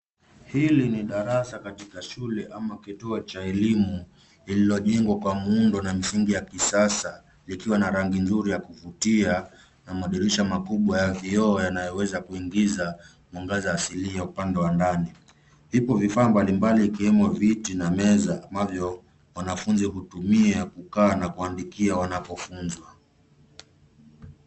Hili ni darasa katika shule ama kituo cha elimu lililojengwa kwa muundo na misingi ya kisasa likiwa na rangi nzuri ya kuvutia na madirisha makubwa ya vioo yanayoweza kuingiza mwangaza asilia upande wa ndani. Ipo vifaa mbalimbali ikiwemo viti na meza ambavyo wanafunzi hutumia kukaa na kuandikia wanapofunzwa.